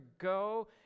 go